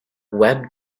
web